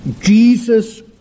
Jesus